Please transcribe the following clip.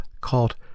called